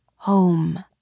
home